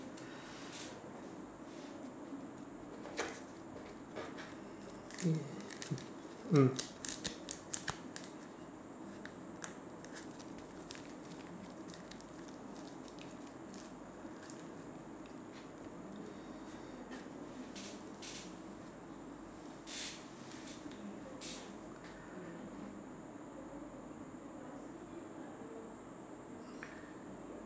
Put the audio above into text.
mm